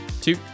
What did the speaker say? two